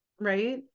Right